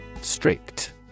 Strict